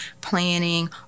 planning